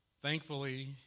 Thankfully